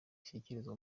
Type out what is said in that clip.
ashyikirizwa